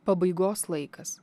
pabaigos laikas